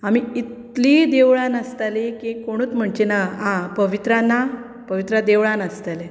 आमी इतलीं देवळांत आसतालीं की कोणूच म्हणचेना आं पवित्रा ना पवित्रा देवळांत आसतलें